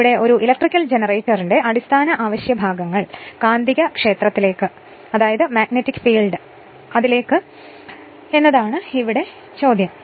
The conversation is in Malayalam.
അതിനാൽ ഒരു ഇലക്ട്രിക്കൽ ജനറേറ്ററിന്റെ അടിസ്ഥാന അവശ്യ ഭാഗങ്ങൾ കാന്തികക്ഷേത്രത്തിലാണ് എന്നതാണ് ഇവിടെ ചോദ്യം